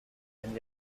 and